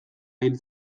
hil